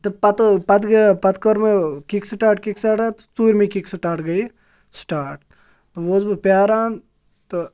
تہٕ پَتہٕ گٔیہِ پَتہٕ کٔر کِک سِٹاٹ کِک سِٹاٹا تہٕ ژوٗرمہِ کِک سِٹاٹ گَیہِ سِٹاٹ وۅنۍ اوسُس بہٕ پرٛاران تہٕ